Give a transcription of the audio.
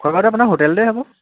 খোৱা বোৱাতো আপোনাৰ হোটেলতে হ'ব